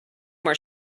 more